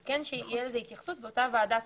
אז כן שתהיה לזה התייחסות באותה ועדה ספציפית.